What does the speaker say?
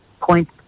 point